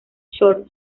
short